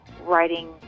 writing